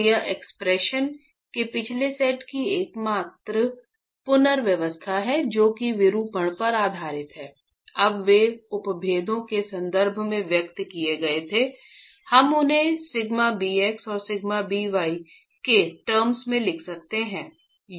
तो यह एक्सप्रेशन के पिछले सेट की एकमात्र पुनर्व्यवस्था है जो कि विरूपण पर आधारित है अब वे उपभेदों के संदर्भ में व्यक्त किए गए थे हम उन्हें σbx और σby के टर्म्स में लिख रहे हैं